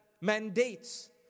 mandates